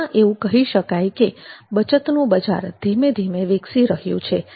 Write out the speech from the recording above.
ટૂંકમાં એ કહી શકાય કે બચતનું બજાર ધીમે ધીમે વિકસી રહ્યું છે